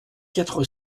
quatre